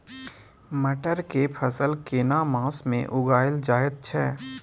मटर के फसल केना मास में उगायल जायत छै?